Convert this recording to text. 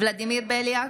ולדימיר בליאק,